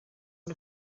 one